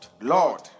Lord